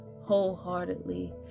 wholeheartedly